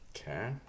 Okay